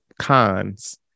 cons